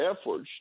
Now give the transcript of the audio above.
efforts